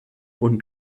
oder